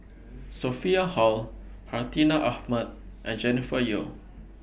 Sophia Hull Hartinah Ahmad and Jennifer Yeo